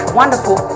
wonderful